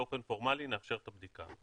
אנחנו, באופן פורמאלי, נאפשר את הבדיקה הזאת.